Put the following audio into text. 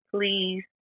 please